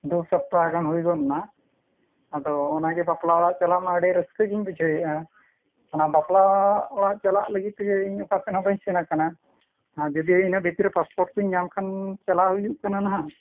ᱫᱩ ᱥᱚᱯᱛᱟᱦᱚ ᱜᱟᱱ ᱦᱩᱭ ᱜᱚᱫᱮᱱᱟ ᱟᱫᱚ ᱚᱱᱟᱜᱮ ᱵᱟᱯᱞᱟ ᱚᱲᱟᱜ ᱪᱟᱞᱟᱜ ᱢᱟ ᱟᱹᱰᱤ ᱨᱟᱹᱥᱠᱟᱹᱜᱮᱧ ᱵᱩᱡᱷᱟᱹᱣᱮᱫᱼᱟ ᱚᱱᱟ ᱵᱟᱯᱞᱟ ᱚᱲᱟᱜ ᱪᱟᱞᱟᱜ ᱞᱟᱹᱜᱤᱫ ᱛᱮᱜᱮ ᱤᱧ ᱚᱠᱟ ᱥᱮᱫᱦᱚᱸ ᱵᱟᱹᱧ ᱥᱮᱱ ᱠᱟᱱᱟ ᱟᱨ ᱡᱩᱫᱤ ᱤᱱᱟᱹ ᱵᱷᱤᱛᱨᱤᱨᱮ ᱠᱚᱧ ᱧᱟᱢ ᱠᱷᱟᱱ ᱪᱟᱞᱟᱣ ᱦᱩᱭᱩᱜ ᱠᱟᱱᱟ ᱱᱟᱦᱟᱜ